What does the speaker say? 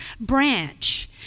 branch